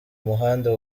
muhanda